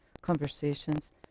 conversations